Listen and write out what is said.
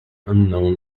unknown